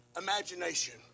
imagination